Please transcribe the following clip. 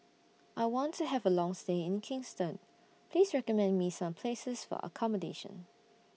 I want to Have A Long stay in Kingston Please recommend Me Some Places For accommodation